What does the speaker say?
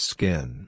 Skin